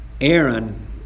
Aaron